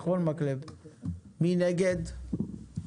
1 נגד,